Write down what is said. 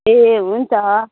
ए हुन्छ